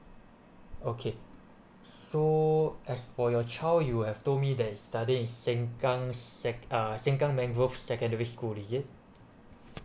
okay so as for your child you have told me they is studying in seng kang seng~ uh seng kang mangrove secondary school is it